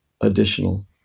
additional